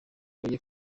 bajye